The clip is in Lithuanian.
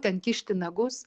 ten kišti nagus